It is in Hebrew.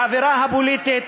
באווירה הפוליטית.